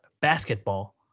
basketball